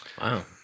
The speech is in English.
Wow